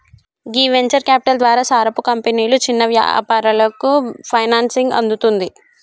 గీ venture capital ద్వారా సారపు కంపెనీలు చిన్న యాపారాలకు ఫైనాన్సింగ్ అందుతుంది